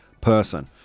person